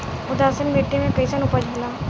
उदासीन मिट्टी में कईसन उपज होला?